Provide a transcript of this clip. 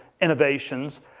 innovations